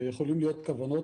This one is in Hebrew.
שיכולות להיות כוונות,